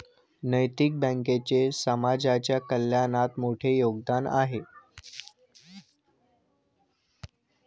नैतिक बँकेचे समाजाच्या कल्याणात मोठे योगदान आहे